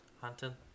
Hunting